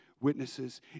witnesses